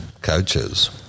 coaches